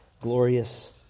glorious